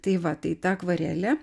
tai va tai ta akvarelė